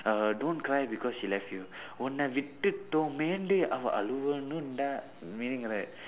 uh don't cry because she left you உன்னை விட்டுட்டுமேன்னு அவ அழுவனும் டா:unnai vitdutdumeennu ava azhuvanum daa meaning right